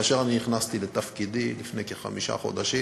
כאשר נכנסתי לתפקידי לפני כחמישה חודשים